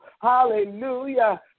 Hallelujah